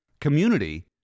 community